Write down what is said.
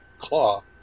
Claw